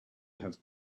have